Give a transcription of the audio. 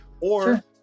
or-